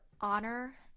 honor